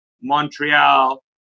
Montreal